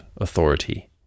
authority